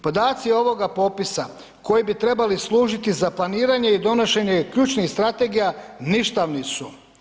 Podaci ovoga popisa koji bi trebali služiti za planiranje i donošenje ključnih strategija ništavni su.